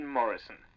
Morrison